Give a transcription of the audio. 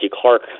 Clark